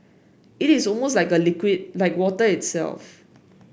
it is almost like a liquid like water itself